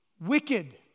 wicked